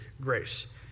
grace